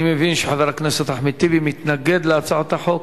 אני מבין שחבר הכנסת אחמד טיבי מתנגד להצעת החוק.